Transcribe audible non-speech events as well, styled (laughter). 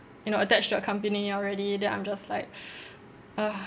you know attached to a company already then I'm just like (breath) ugh